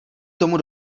tomu